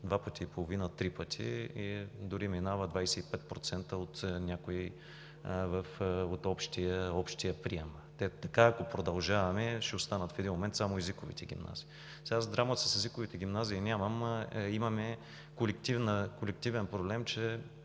два пъти и половина – три пъти, дори минава 25% от някои от общия прием. Така ако продължаваме, в един момент ще останат само езиковите гимназии. Сега драма с езиковите гимназии нямаме. Имаме колективен проблем, че